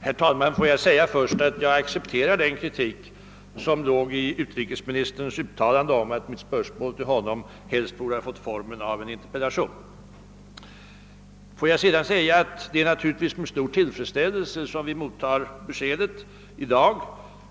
Herr talman! Jag vill först säga att jag accepterar den kritik som låg i utrikesministerns uttalande att mitt spörsmål till honom helst borde ha fått formen av en interpellation. Jag vill sedan framhålla att det naturligtvis är med stort intresse vi mottar beskedet i dag